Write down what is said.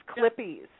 clippies